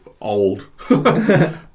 old